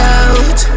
out